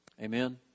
Amen